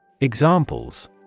Examples